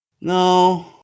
No